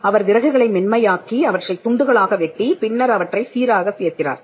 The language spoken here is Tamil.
அவர் விறகுகளை மென்மையாக்கி அவற்றைத் துண்டுகளாக வெட்டி பின்னர் அவற்றை சீராக சேர்க்கிறார்